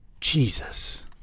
Jesus